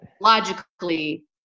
logically